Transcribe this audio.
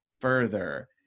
further